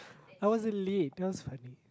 I wasn't late that was funny